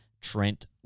Trent